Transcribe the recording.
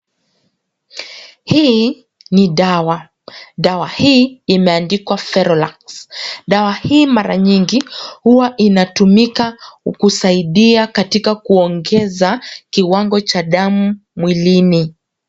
Hii ni dawa, dawa hii imeandikwa Ferolax dawa hii mara nyingi huwa inatumika kusaidia katika kuongeza kiwango cha damu mwilini.